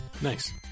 nice